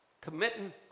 Committing